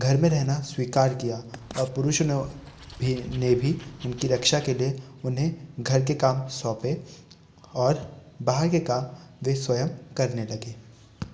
घर में रहना स्वीकार किया और पुरुष भी ने भी उनकी रक्षा के लिए उन्हें घर के काम सौंपे और बाहर के काम वे स्वयं करने लगे